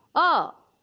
oh,